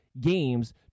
games